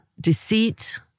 deceit